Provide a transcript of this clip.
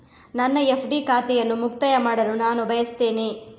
ನನ್ನ ಎಫ್.ಡಿ ಖಾತೆಯನ್ನು ಮುಕ್ತಾಯ ಮಾಡಲು ನಾನು ಬಯಸ್ತೆನೆ